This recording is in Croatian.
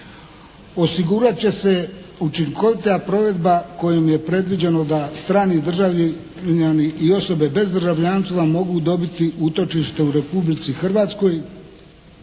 Osigurat će se učinkovita provedba kojom je predviđeno da strani državljani i osobe bez državljanstva mogu dobiti utočište u Republici Hrvatskoj